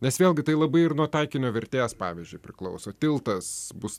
nes vėlgi tai labai ir nuo taikinio vertės pavyzdžiui priklauso tiltas bus